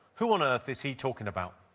who and earth is he talking about?